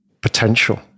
potential